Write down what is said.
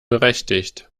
berechtigt